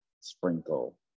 sprinkle